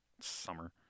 summer